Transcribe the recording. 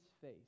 face